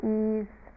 ease